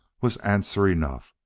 was answer enough.